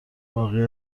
باقی